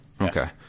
Okay